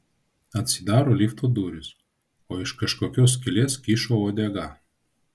atsidaro lifto durys o iš kažkokios skylės kyšo uodega